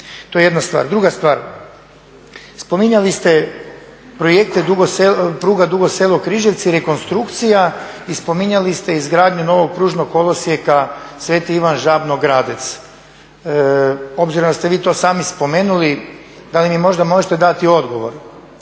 To je jedna stvar. Druga stvar. Spominjali ste projekte pruga Dugo Selo – Križevci, rekonstrukcija i spominjali ste izgradnju novog pružnog kolosijeka Sveti Ivan Žabno – Gradec. Obzirom da ste vi to sami spomenuli da li mi možda možete dati odgovor